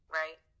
right